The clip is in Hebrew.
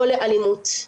או לאלימות.